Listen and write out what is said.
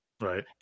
Right